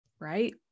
Right